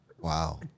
Wow